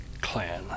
clan